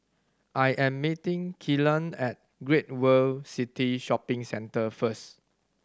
I am meeting Kylan at Great World City Shopping Centre first